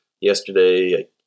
Yesterday